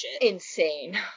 Insane